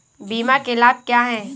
बीमा के लाभ क्या हैं?